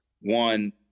one